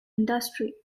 industry